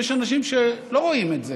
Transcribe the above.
ויש אנשים שלא רואים את זה.